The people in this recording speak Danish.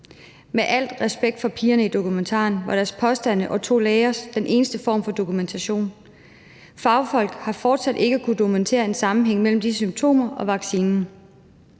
Med al respekt for pigerne i dokumentaren var deres og to lægers påstande den eneste form for dokumentation. Fagfolk har fortsat ikke kunnet dokumentere en sammenhæng mellem de symptomer og vaccinen,